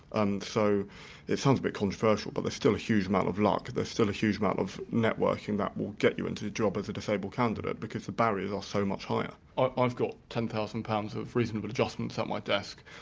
and so it sounds a bit controversial but there's still a huge amount of luck, there's still a huge amount of networking that will get you into the job as a disabled candidate because the barriers are so much higher i've got ten thousand pounds of reasonable adjustments at my desk.